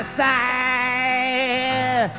side